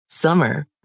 Summer